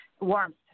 warmth